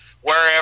wherever